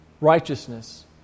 righteousness